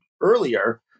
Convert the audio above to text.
earlier